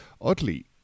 oddly